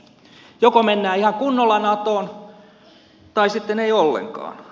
joko mennään ihan kunnolla natoon tai sitten ei ollenkaan